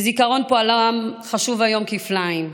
זיכרון פועלם חשוב היום כפליים,